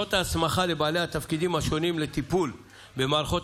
דרישות ההסמכה לבעלי התפקידים השונים לטיפול במערכות